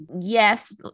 yes